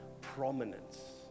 prominence